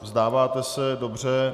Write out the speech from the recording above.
Vzdáváte se, dobře.